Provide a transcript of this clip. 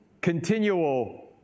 continual